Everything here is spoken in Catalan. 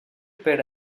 per